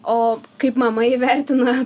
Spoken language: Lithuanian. o kaip mama įvertina